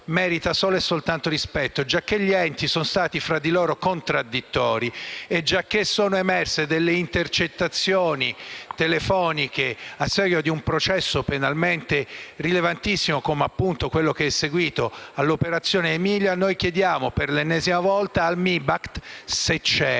merita solo rispetto. Giacché gli enti sono stati tra di loro contraddittori e giacché sono emerse intercettazioni telefoniche, a seguito di un processo penalmente rilevantissimo, come quello seguito all'operazione "Aemilia", chiediamo per l'ennesima volta al MIBACT, se c'è,